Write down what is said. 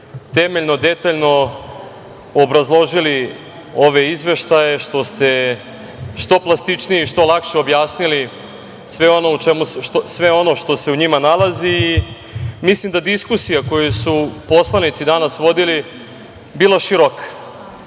temeljno, detaljno obrazložili ove izveštaje, što ste što plastičnije i što lakše objasnili sve ono što se u njima nalazi. Mislim da je diskusija koju su poslanici danas vodili bila široka.